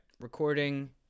recording